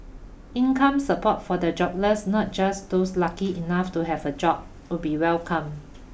income support for the jobless not just those lucky enough to have a job would be welcome